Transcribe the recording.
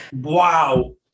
Wow